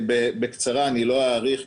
בים וביבשה, וצריך להגיד את זה.